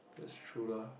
that's true lah